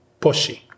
pushy